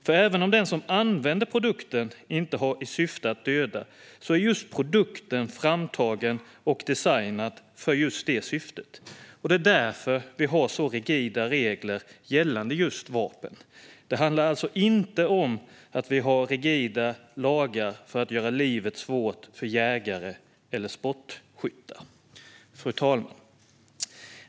För även om den som använder produkten inte har i syfte att döda är produkten framtagen och designad för just det syftet. Och det är därför vi har så rigida regler gällande just vapen. Det handlar alltså inte om att vi har rigida lagar för att göra livet svårt för jägare eller sportskyttar. Fru talman!